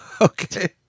Okay